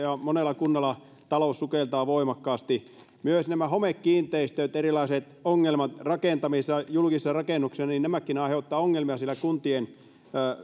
monella kunnalla talous sukeltaa voimakkaasti myös nämä homekiinteistöt erilaiset ongelmat rakentamisessa ja julkisissa rakennuksissa aiheuttavat ongelmia siellä kuntien